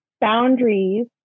boundaries